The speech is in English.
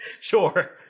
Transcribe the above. Sure